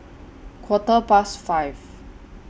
Quarter Past five